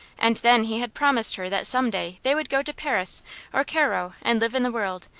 and then he had promised her that some day they would go to paris or cairo and live in the world,